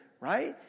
right